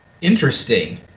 Interesting